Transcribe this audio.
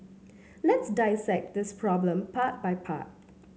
let's dissect this problem part by part